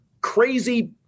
crazy –